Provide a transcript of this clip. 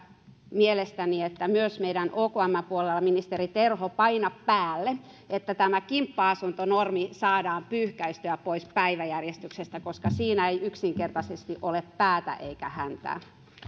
mielestäni syytä myös meidän okmn puolella ministeri terho paina päälle että tämä kimppa asuntonormi saadaan pyyhkäistyä pois päiväjärjestyksestä koska siinä ei yksinkertaisesti ole päätä eikä häntää